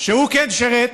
שהוא כן שירת,